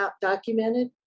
documented